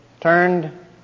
turned